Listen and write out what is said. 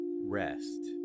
rest